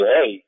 Hey